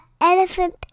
elephant